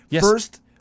first